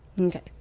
Okay